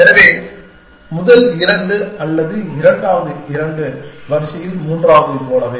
எனவே முதல் இரண்டு அல்லது இரண்டாவது இரண்டு வரிசையில் மூன்றாவது போன்றவை